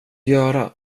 göra